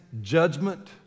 judgment